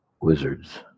Wizards